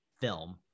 film